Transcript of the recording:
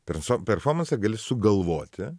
perso performansą gali sugalvoti